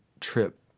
trip